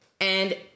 and-